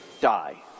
die